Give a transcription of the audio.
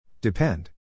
Depend